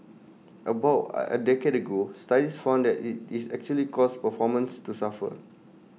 about at A decade ago studies found that IT it actually caused performances to suffer